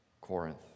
Corinth